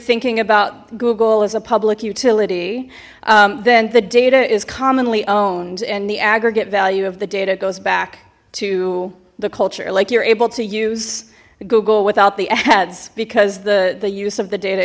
thinking about google as a public utility then the data is commonly owned and the aggregate value of the data goes back to the culture like you're able to use google without the ads because the the use of the data